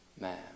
man